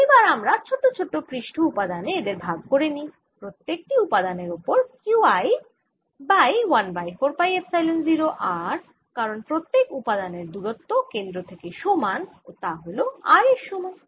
এবার আমরা ছোট ছোট পৃষ্ঠ উপাদানে এদের ভাগ করে নিই প্রত্যেক টি উপাদানের ওপরে Q i by 1 by 4 pi epsilon 0 r কারণ প্রত্যেক উপাদানের দূরত্ব কেন্দ্র থেকে সমান ও তা হল r এর সমান